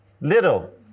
little